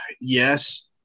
Yes